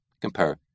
compare